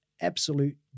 absolute